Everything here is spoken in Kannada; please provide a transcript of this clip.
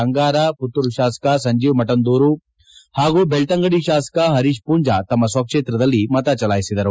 ಅಂಗಾರ ಮತ್ತೂರು ಶಾಸಕ ಸಂಜೀವ ಮಠಂದೂರು ಹಾಗೂ ಬೆಳ್ತಂಗಡಿ ಶಾಸಕ ಹರೀಶ್ ಮೂಂಜಾ ತಮ್ಮ ಸ್ವಕ್ಷೇತ್ರದಲ್ಲಿ ಮತಜಲಾಯಿಸಿದರು